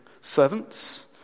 servants